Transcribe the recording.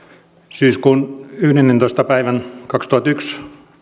syyskuun yhdennentoista päivän kaksituhattayksi